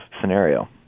scenario